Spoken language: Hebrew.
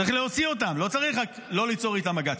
צריך להוציא אותם, לא צריך רק לא ליצור איתם מגע.